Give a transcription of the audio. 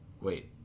Wait